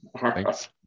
Thanks